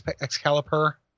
Excalibur